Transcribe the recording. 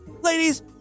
Ladies